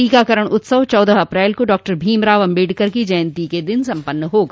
टीकाकरण उत्सव चौदह अप्रैल को डॉक्टर भीमराव अम्बेडकर की जयंती के दिन संपन्न होगा